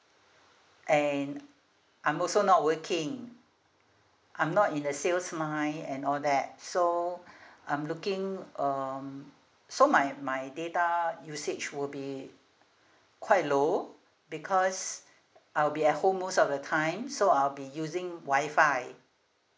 and I'm also not working I'm not in the sales line and all that so I'm looking um so my my data usage would be quite low because I'll be at home most of the time so I'll be using wi-fi